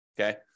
okay